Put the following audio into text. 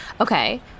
Okay